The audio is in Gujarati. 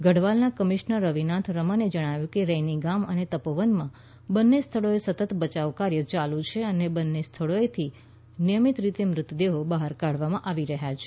ગઢવાલના કમિશનર રવિનાથ રમને જણાવ્યું કે રૈની ગામ અને તપોવનમાં બંને સ્થળોએ સતત બચાવ કાર્ય યાલુ છે અને બંને સ્થળોએથી નિયમિત રીતે મૃતદેહો બહાર કાઢવામાં આવી રહ્યા છે